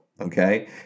Okay